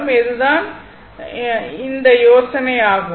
எனவே இதுதான் யோசனை ஆகும்